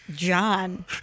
john